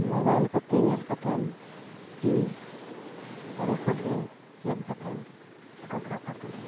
ᱠᱚᱛᱮ ᱧᱮᱞ ᱠᱟᱛᱮᱫ ᱠᱤ ᱚᱸᱰᱮ ᱠᱷᱚᱱᱜᱮ ᱪᱮᱫ ᱠᱟᱛᱮᱫ ᱫᱚᱞᱤᱧ